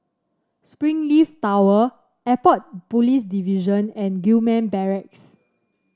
Springleaf Tower Airport Police Division and Gillman Barracks